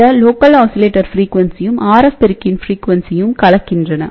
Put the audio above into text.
அந்த உள்ளூர் ஆஸிலேட்டர் ஃப்ரீக்யுண்சியும் RF பெருக்கியின் ஃப்ரீக்யுண்சியும் கலக்கின்றன